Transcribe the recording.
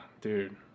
dude